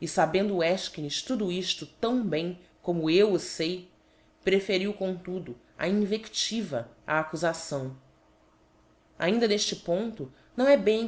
e fabendo elchines tudo illo tão bem como eu o fei preferiu comtudo a invectiva á accufação ainda neíte ponto não é bem